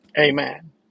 Amen